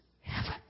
heaven